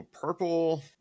purple